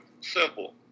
simple